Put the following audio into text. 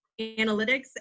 analytics